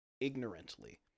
ignorantly